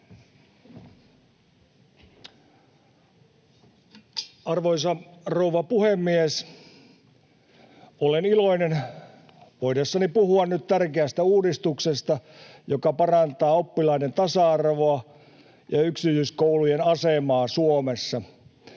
Arvoisa rouva puhemies! Olen iloinen voidessani puhua nyt tärkeästä uudistuksesta, joka parantaa oppilaiden tasa-arvoa ja yksityiskoulujen asemaa Suomessa.